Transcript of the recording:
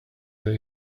that